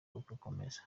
rugakomeza